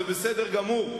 זה בסדר גמור.